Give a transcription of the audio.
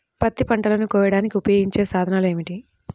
పత్తి పంటలను కోయడానికి ఉపయోగించే సాధనాలు ఏమిటీ?